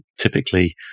typically